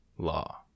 law